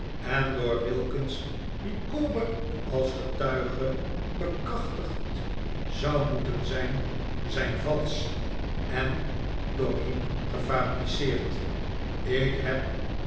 en door wilkins micawber als getuige bekrachtigd zou moeten zijn zijn valsch en door heep gefabriceerd ik heb